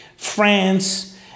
france